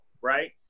Right